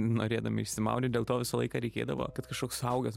norėdami išsimaudyt dėl to visą laiką reikėdavo kad kažkoks suaugęs